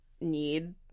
need –